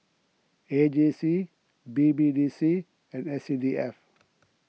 A J C B B D C and S C D F